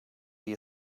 wie